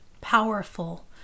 powerful